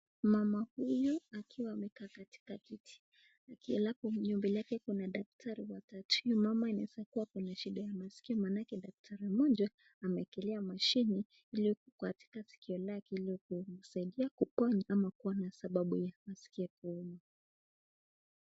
Mama huyo akiwa amekaa katika kiti. Akielekea mbele yake kuna daktari watatu. Huyu mama anaweza kuwa ako na shida ya masikio maanake daktari mmoja amekelea mashini iliyokuwa katika sikio lake iliyokuwa inamsaidia kuponya ama kuwa na sababu ya masikio kuuma.